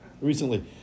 recently